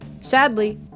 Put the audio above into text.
Sadly